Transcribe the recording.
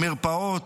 מרפאות,